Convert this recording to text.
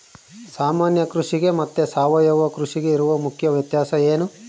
ಸಾಮಾನ್ಯ ಕೃಷಿಗೆ ಮತ್ತೆ ಸಾವಯವ ಕೃಷಿಗೆ ಇರುವ ಮುಖ್ಯ ವ್ಯತ್ಯಾಸ ಏನು?